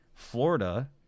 Florida